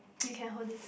you can hold this